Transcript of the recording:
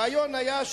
הרעיון היה,